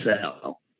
cell